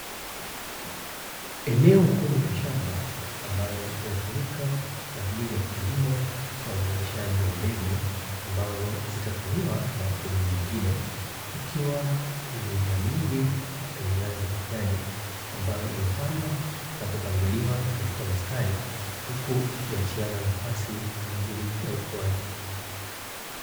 Eneo kubwa la shamba ambalo linatumika kwa ajili ya kilimo cha uzalishaji wa mbegu, ambazo zitatumiwa na wakulima wengine ikiwa na mimea mingi yenye rangi ya kijani ambayo imepandwa na kupangiliwa katika mistari huku ikiachiana nafasi kwa ajili ya ukuaji.